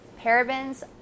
parabens